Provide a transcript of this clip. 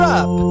up